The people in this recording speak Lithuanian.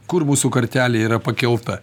kur mūsų kartelė yra pakelta